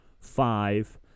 five